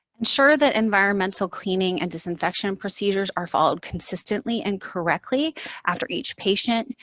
ensure that environmental cleaning and disinfection and procedures are followed consistently and correctly after each patient.